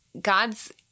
God's